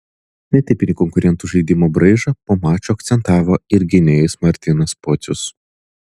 netipinį konkurentų žaidimo braižą po mačo akcentavo ir gynėjas martynas pocius